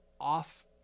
off